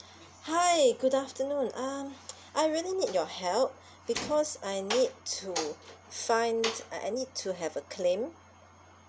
hi good afternoon um I really need your help because I need to find I I need to have a claim